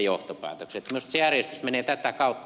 minusta se järjestys menee tätä kautta